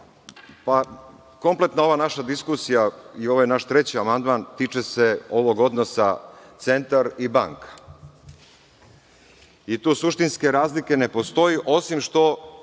reda. Kompletna ova naša diskusija i naš treći amandman tiče se ovog odnosa centar i banka. Tu suštinske razlike ne postoji, osim što